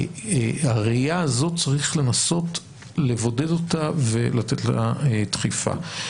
את הראייה הזו צריך לנסות לבודד ולתת לה דחיפה.